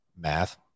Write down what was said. math